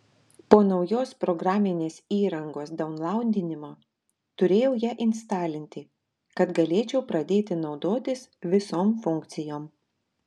po naujos programinės įrangos daunlaudinimo turėjau ją instalinti kad galėčiau pradėti naudotis visom funkcijom